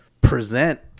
present